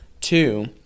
Two